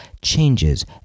changes